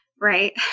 Right